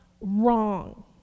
wrong